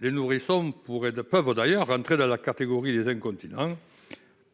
Les nourrissons peuvent entrer dans la catégorie des incontinents,